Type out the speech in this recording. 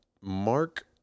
Mark